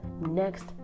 next